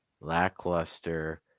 lackluster